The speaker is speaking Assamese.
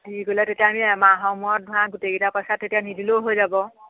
দি গ'লে তেতিয়া আমি এমাহ মূৰত ঘৰা গোটেইকেইটা পইচা তেতিয়া নিদিলেও হৈ যাব